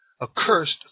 accursed